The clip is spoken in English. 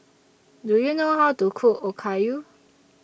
Do YOU know How to Cook Okayu